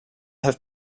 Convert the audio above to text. have